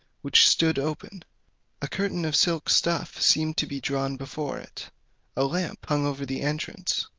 which stood open a curtain of silk stuff seemed to be drawn before it a lamp hung over the entrance.